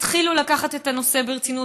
התחילו לקחת את הנושא ברצינות,